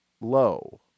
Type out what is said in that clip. low